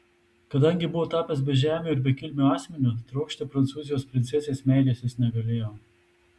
kadangi buvo tapęs bežemiu ir bekilmiu asmeniu trokšti prancūzijos princesės meilės jis negalėjo